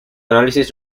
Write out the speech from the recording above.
análisis